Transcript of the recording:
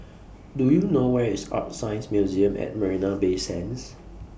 Do YOU know Where IS ArtScience Museum At Marina Bay Sands